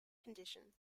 condition